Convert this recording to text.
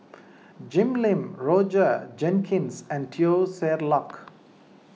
Jim Lim Roger Jenkins and Teo Ser Luck